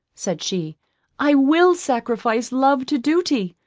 said she i will sacrifice love to duty.